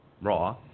Raw